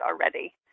already